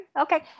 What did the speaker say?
okay